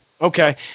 okay